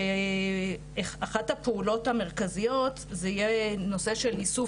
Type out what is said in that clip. כשאחת הפעולות המרכזיות יהיה נושא של איסוף